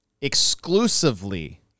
exclusively